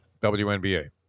WNBA